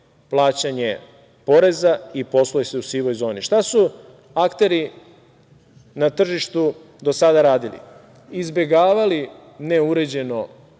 plaćanje poreza i posluje se u sivoj zoni. Šta su akteri na tržištu do sada radili? Izbegavali neuređeno